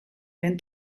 lehen